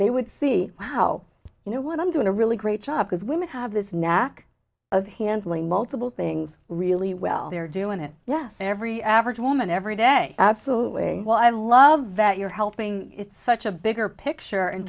they would see wow you know what i'm doing a really great job because women have this knack of handling multiple thing really well they're doing it yes every average woman every day absolutely well i love that you're helping it's such a bigger picture in